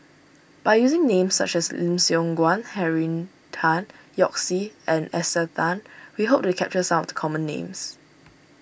by using names such as Lim Siong Guan Henry Tan Yoke See and Esther Tan we hope to capture some of the common names